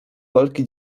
walki